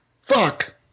Fuck